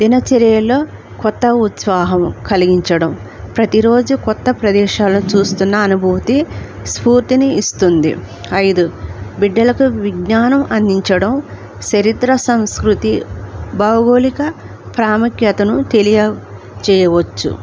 దినచర్యలో కొత్త ఉత్సాహం కలిగించడం ప్రతిరోజు కొత్త ప్రదేశాలు చూస్తున్న అనుభూతి స్ఫూర్తిని ఇస్తుంది ఐదు బిడ్డలకు విజ్ఞానం అందించడం చరిత్ర సంస్కృతి భౌగోళిక ప్రాముఖ్యతను తెలియ చేయవచ్చు